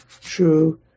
true